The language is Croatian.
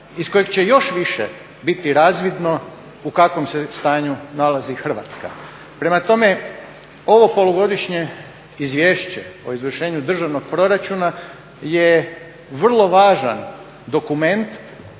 iz kojeg će još više biti razvidno u kakvom se stanju nalazi Hrvatska. Prema tome, ovo Polugodišnje izvješće o izvršenju državnog proračuna je vrlo važan dokument